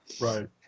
Right